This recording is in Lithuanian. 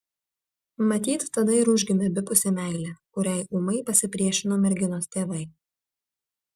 matyt tada ir užgimė abipusė meilė kuriai ūmai pasipriešino merginos tėvai